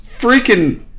freaking